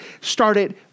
started